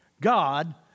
God